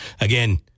again